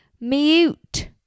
Mute